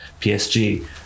PSG